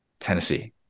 Tennessee